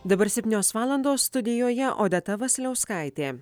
dabar septynios valandos studijoje odeta vasiliauskaitė